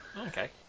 Okay